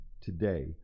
today